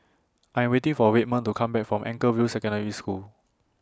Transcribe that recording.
I Am waiting For Redmond to Come Back from Anchorvale Secondary School